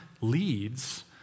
leads